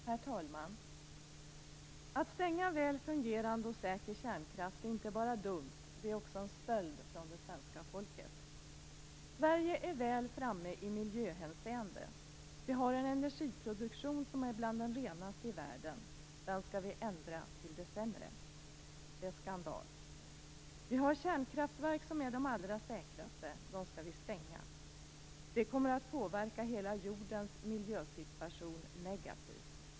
Herr talman! Att stänga väl fungerande och säker kärnkraft är inte bara dumt. Det är också en stöld från det svenska folket. Sverige är väl framme i miljöhänseende. Vi har en energiproduktion som är bland de renaste i världen. Den skall vi ändra till det sämre. Det är skandal. Vi har kärnkraftverk som är de allra säkraste. De skall vi stänga. Det kommer att påverka hela jordens miljösituation negativt.